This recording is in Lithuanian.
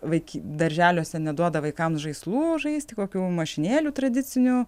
vaiki darželiuose neduoda vaikams žaislų žaisti kokių mašinėlių tradicinių